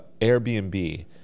Airbnb